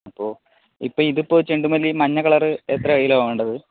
അപ്പോൾ ഇപ്പോൾ ഇതിപ്പോൾ ചെണ്ടുമല്ലി മഞ്ഞക്കളറ് എത്ര കിലോ ആണ് വേണ്ടത്